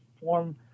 form